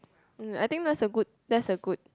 um I think that's a good that's a good